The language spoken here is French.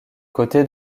côtés